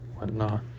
whatnot